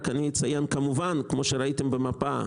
כפי שראיתם במפה,